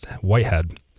Whitehead